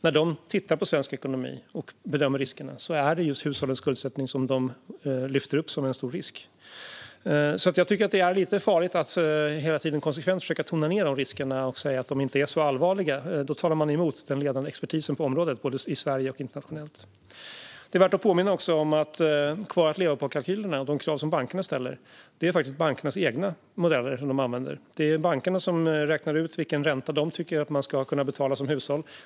När de tittar på svensk ekonomi och bedömer riskerna är det just hushållens skuldsättning som de lyfter upp som en stor risk. Jag tycker att det är lite farligt att hela tiden försöka tona ned de riskerna och säga att de inte är så allvarliga. Då talar man emot den ledande expertisen på området både i Sverige och internationellt. Det är värt att påminna om att de kvar-att-leva-på-kalkyler som bankerna använder är bankernas egna modeller. Det är bankerna som räknar ut vilken ränta de tycker att man ska kunna betala som hushåll.